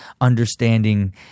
understanding